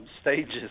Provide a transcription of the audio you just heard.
stages